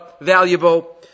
valuable